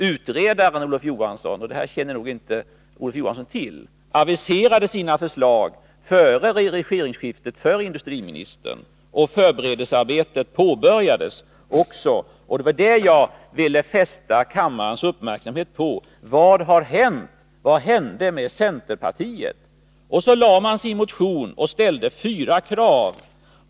Utredaren aviserade — och det känner Olof Johansson inte till — sina förslag före regeringsskiftet för industriministern, och förberedelsearbetet påbörjades. Det var det jag ville fästa kammarens uppmärksamhet på. Vad hände med centerpartiet? Man väckte sin motion och ställde fyra krav.